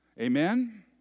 Amen